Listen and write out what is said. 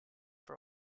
for